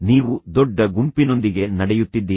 ನೀವು ದೊಡ್ಡ ಗುಂಪಿನೊಂದಿಗೆ ನಡೆಯುತ್ತಿದ್ದೀರಿ